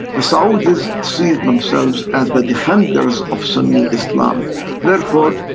the saudis see themselves as the defenders of sunni islam therefore,